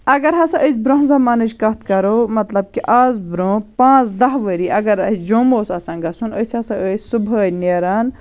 اگر ہَسا أسۍ برٛونٛہہ زَمانٕچ کَتھ کَرو مطلب کہِ آز برٛۄنٛہہ پانٛژھ دَہ ؤری اگر اَسہِ جوٚم اوس آسان گَژھُن أسۍ ہَسا ٲسۍ صُبحٲے نیران